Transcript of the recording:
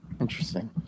Interesting